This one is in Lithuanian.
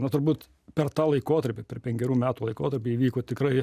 na turbūt per tą laikotarpį per penkerių metų laikotarpį įvyko tikrai